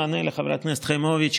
אענה לחברת הכנסת חיימוביץ',